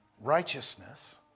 Righteousness